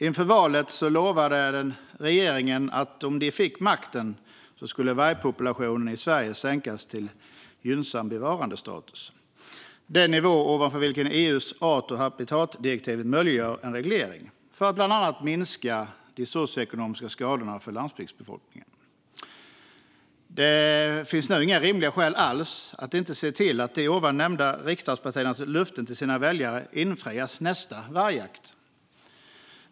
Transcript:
Inför valet lovade regeringen att om de fick makten skulle vargpopulationen i Sverige sänkas till gynnsam bevarandestatus. Det är den nivå ovanför vilken EU:s art och habitatdirektiv möjliggör en reglering för att bland annat minska de socioekonomiska skadorna för landsbygdsbefolkningen. Det finns nu inga rimliga skäl alls att inte se till att de ovan nämnda riksdagspartiernas löften till sina väljare infrias vid nästa vargjakt.